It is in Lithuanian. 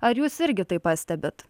ar jūs irgi tai pastebit